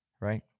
right